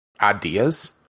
ideas